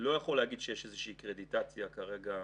לא יוכל להגיד שיש איזושהי קרדיטציה כרגע.